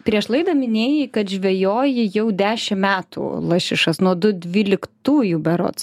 prieš laidą minėjai kad žvejoji jau dešim metų lašišas nuo du dvyliktųjų berods